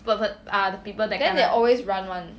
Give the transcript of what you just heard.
then they always run [one]